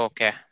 Okay